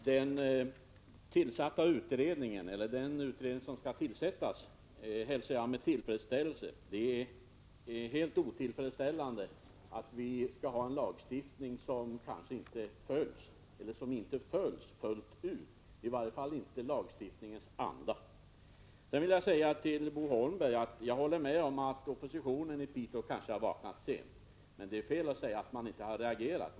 Herr talman! Den utredning som skall tillsättas hälsar jag med tillfredsställelse. Det är helt otillfredsställande att vi har en lagstiftning som inte följs fullt ut, i varje fall inte när det gäller lagstiftningens anda. Jag håller med Bo Holmberg om att oppositionen i Piteå kanske vaknade för sent. Men det är fel att säga att man inte reagerat.